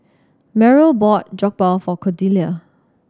Merrill bought Jokbal for Cordelia